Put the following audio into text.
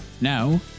Now